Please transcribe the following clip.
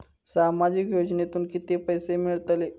सामाजिक योजनेतून किती पैसे मिळतले?